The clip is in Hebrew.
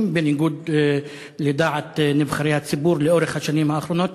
בניגוד לדעת נבחרי הציבור לאורך השנים האחרונות.